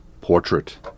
portrait